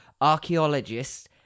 Archaeologists